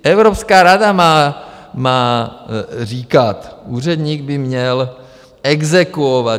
Evropská rada má říkat, úředník by měl exekuovat.